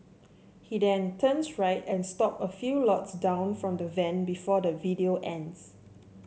he then turns right and stop a few lots down from the van before the video ends